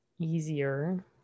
easier